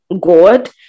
God